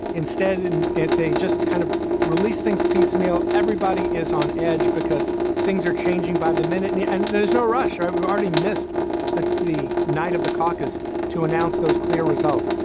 instead, and they just kind of released things piecemeal. everybody is on edge because things are changing by the minute. and and there's no rush. ah we've already missed that the night of the caucus to announce those clear results.